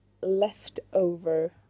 leftover